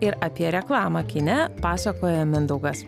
ir apie reklamą kine pasakoja mindaugas